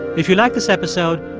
if you like this episode,